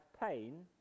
pain